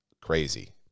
crazy